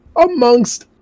amongst